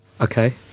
Okay